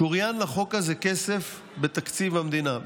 שוריין לחוק הזה כסף בתקציב המדינה.